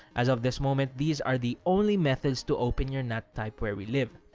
as of this moment these are the only methods to open your nat type where we live.